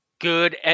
good